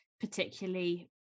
particularly